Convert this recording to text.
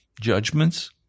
judgments